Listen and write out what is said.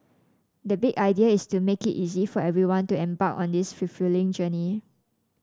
the big idea is to make it easy for everyone to embark on this fulfilling journey